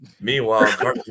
Meanwhile